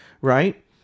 right